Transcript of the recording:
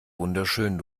wunderschön